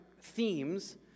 themes